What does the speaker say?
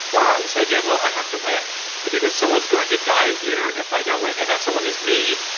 yeah and this idea of well, i have to win and because someone's going to die here if i don't win and that someone is me.